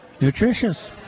nutritious